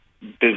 business